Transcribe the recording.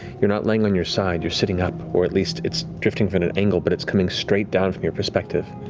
you're not laying on your side. you're sitting up, or at least it's drifting from an angle, but it's coming straight down from your perspective,